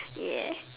yes